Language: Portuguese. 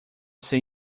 ser